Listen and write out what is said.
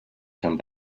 come